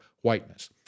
whiteness